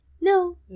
No